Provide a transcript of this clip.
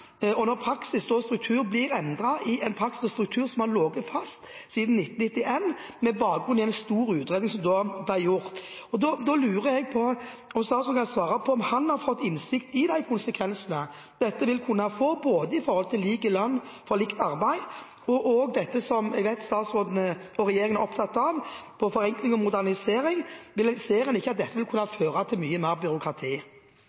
Og når praksis og struktur blir endret i en praksis og en struktur som har ligget fast siden 1991 med bakgrunn i en stor utredning som da ble gjort, lurer jeg på om statsråden kan svare på om han har fått innsikt i de konsekvensene dette vil kunne få, både når det gjelder lik lønn for likt arbeid og også dette som jeg vet statsråden og regjeringen er opptatt av: forenkling og modernisering. Ser han ikke at dette vil kunne